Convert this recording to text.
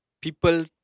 people